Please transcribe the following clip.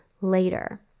later